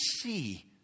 see